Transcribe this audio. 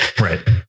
Right